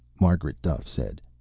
margaret duffe said.